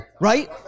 right